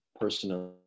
personally